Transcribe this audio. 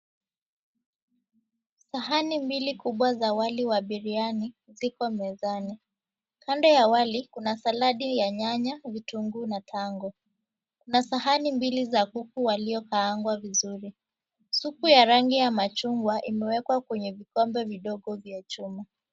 Sahani mbili kubwa za wali wa biriani ziko mezani kando ya wali kuna saladi ya nyanya, vitunguu na tango na sahani mbili za kuku waliokaangwa vizuri, supu ya rangi ya machungwa imewekwa kwenye vikombe vidogo vya chuma.